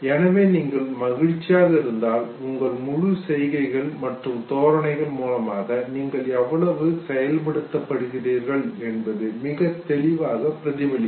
எனவே நீங்கள் மகிழ்ச்சியாக இருந்தால் உங்கள் முழு செய்கைகள் மற்றும் தோரணைகள் மூலமாக நீங்கள் எவ்வளவு செயல்படுத்தப்படுகிறீர்கள் என்பது மிகத் தெளிவாக பிரதிபலிக்கும்